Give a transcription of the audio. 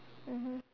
mmhmm